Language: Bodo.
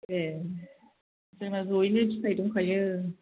ए जोंना ज'यैनो फिसिनाय दंखायो